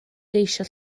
geisio